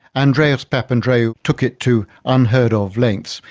andreas papandreou took it to unheard-of lengths.